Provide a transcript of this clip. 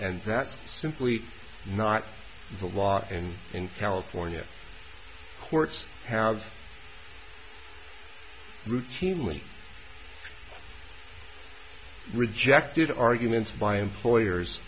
and that's simply not a lot and in california courts have routinely rejected arguments by employers